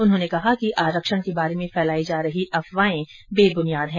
उन्होंने कहा कि आरक्षण के बारे में फैलाई जा रही अफवाहे बेबुनियाद है